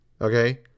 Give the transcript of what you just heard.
okay